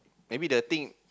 maybe the thing